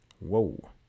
Whoa